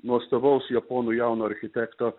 nuostabaus japonų jauno architekto